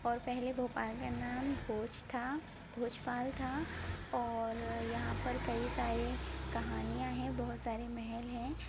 और पहले भोपाल का नाम भोज था भोजपाल था और यहाँ पर कई सारे कहानीयाँ हैं बहुत सारे महल हैं